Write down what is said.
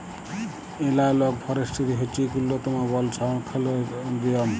এলালগ forestry হছে ইক উল্ল্যতম বল সংরখ্খলের লিয়ম